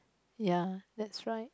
ya that's right